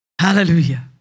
Hallelujah